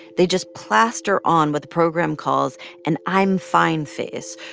they just plaster on what the program calls an i'm fine face,